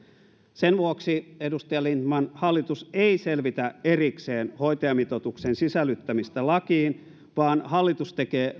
sen vuoksi edustaja lindtman hallitus ei selvitä erikseen hoitajamitoituksen sisällyttämistä lakiin vaan hallitus tekee